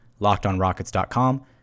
lockedonrockets.com